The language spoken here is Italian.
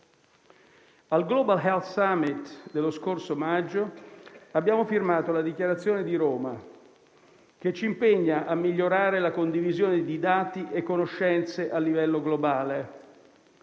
Al Global Health Summit dello scorso maggio abbiamo firmato la Dichiarazione di Roma, che ci impegna a migliorare la condivisione di dati e conoscenze a livello globale.